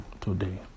today